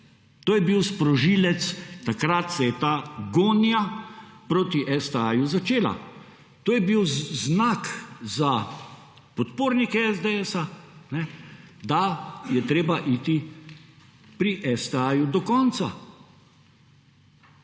to je bil sprožilec takrat se je ta gonja proti STA začela. To je bil znak za podpornike SDS, da je treba iti pri STA do konca.